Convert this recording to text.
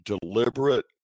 deliberate